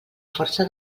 força